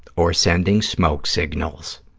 or sending smoke signals.